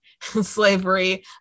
slavery